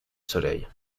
soleil